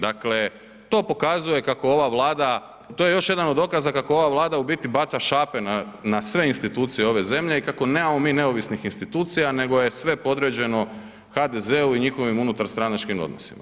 Dakle, to pokazuje kako ova Vlada, to je još jedan od dokaza kako ova Vlada u biti baca šape na sve institucije ove zemlje i kako nemamo mi neovisnih institucija, nego je sve podređeno HDZ-u i njihovim unutarstranačkim odnosima.